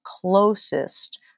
closest